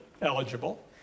eligible